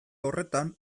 horretan